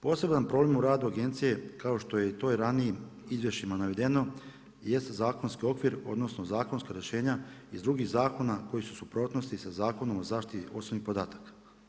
Poseban problem u radu agencije kao što je to i u ranijim izvješćima navedeno jest zakonski okvir, odnosno zakonska rješenja iz drugih zakona koji su u suprotnosti sa Zakonom o zaštiti osobnih podataka.